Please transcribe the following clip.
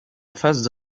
phase